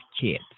kids